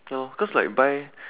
ya lor because like buy